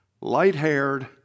light-haired